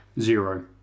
Zero